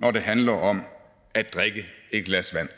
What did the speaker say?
når det handler om at drikke et glas vand.